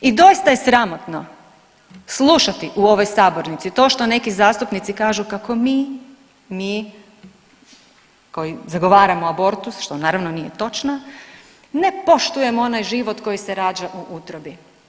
I doista je sramotno slušati u ovoj sabornici to što neki zastupnici kažu kako mi, mi koji zagovaramo abortus što naravno nije točno ne poštujemo onaj život koji se rađa u utrobi.